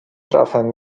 trafem